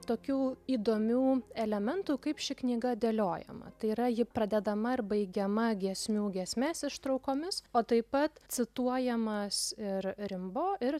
tokių įdomių elementų kaip ši knyga dėliojama tai yra ji pradedama ir baigiama giesmių giesmės ištraukomis o taip pat cituojamas ir rimbu ir